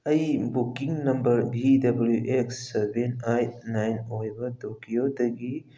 ꯑꯩ booking number V W X seven eight nine ꯑꯣꯏꯕ ꯇꯣꯛꯀꯤꯌꯣꯗꯒꯤ